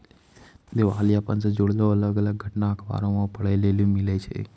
दिबालियापन से जुड़लो अलग अलग घटना अखबारो मे पढ़ै लेली मिलै छै